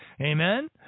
Amen